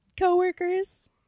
coworkers